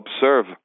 observe